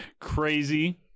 crazy